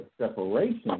separation